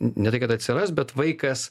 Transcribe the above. ne tai kad atsiras bet vaikas